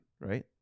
right